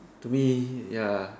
to me ya